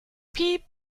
piep